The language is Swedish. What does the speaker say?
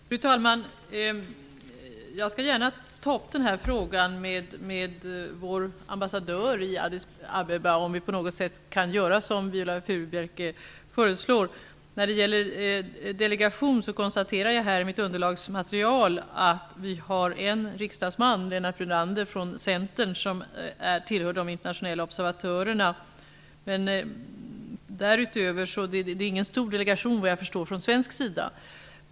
Fru talman! Jag skall gärna ta upp frågan med vår ambassadör om vi på något sätt kan göra som Viola Furubjelke föreslår. I fråga om en delegation ser jag i mitt underlagsmaterial att riksdagsman Lennart Brunander, Centern, är en av de internationella observatörerna. Vad jag förstår är det inte någon stor delegation från svensk sida.